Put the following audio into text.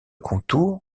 contour